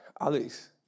Alex